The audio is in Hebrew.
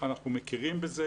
אנחנו מכירים בזה,